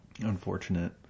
unfortunate